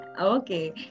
Okay